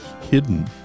hidden